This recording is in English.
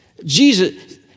Jesus